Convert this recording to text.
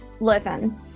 listen